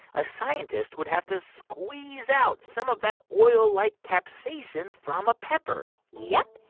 a scientist would have to squeeze out some of that oil-like capsaicin from a pepper yup.